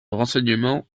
renseignements